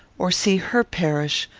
or see her perish,